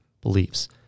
beliefs